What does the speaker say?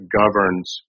governs